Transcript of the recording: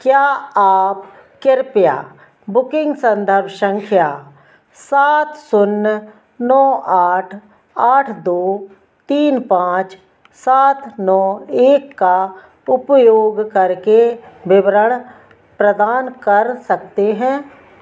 क्या आप कृपया बुकिंग संदर्भ संख्या सात शून्य नौ आठ आठ दो तीन पाँच सात नौ एक का उपयोग करके विवरण प्रदान कर सकते हैं